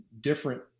different